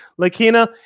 Lakina